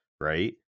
right